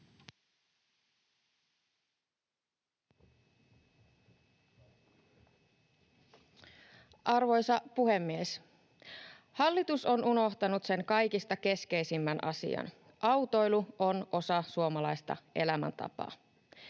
Arvoisa puhemies! Hallitus on unohtanut sen kaikista keskeisimmän asian: autoilu on osa suomalaista elämäntapaa.